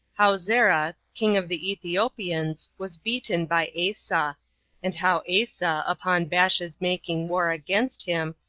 how zerah, king of the ethiopians, was beaten by asa and how asa, upon baasha's making war against him,